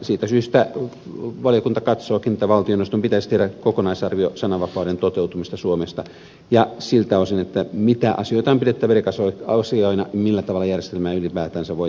siitä syystä valiokunta katsookin että valtioneuvoston pitäisi tehdä kokonaisarvio sananvapauden toteutumisesta suomessa siltä osin mitä asioita on pidettävä erikoisasioina ja millä tavalla järjestelmää ylipäätänsä voitaisiin kehittää